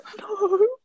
no